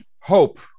hope